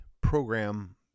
program